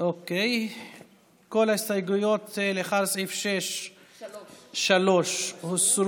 כל ההסתייגויות אחרי סעיף 3 הוסרו.